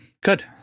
good